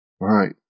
Right